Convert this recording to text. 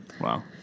Wow